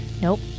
Nope